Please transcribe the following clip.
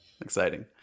exciting